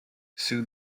soon